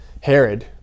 Herod